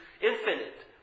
infinite